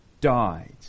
died